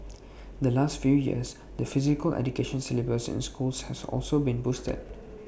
the last few years the physical education syllabus in schools has also been boosted